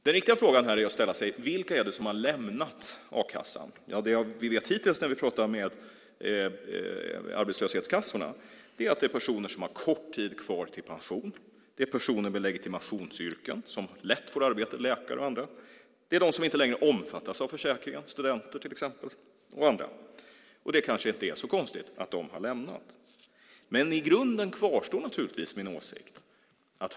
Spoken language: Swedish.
Den viktiga frågan att ställa sig här är: Vilka är det som har lämnat a-kassan? Ja, av det vi fått veta hittills när vi pratar med arbetslöshetskassorna är det personer som har kort tid kvar till pensionen, det är personer med legitimationsyrken som lätt får arbete, till exempel läkare och de som inte längre omfattas av försäkringen, till exempel studenter. Det kanske inte är så konstigt att de har lämnat a-kassan. Men i grunden kvarstår naturligtvis min åsikt.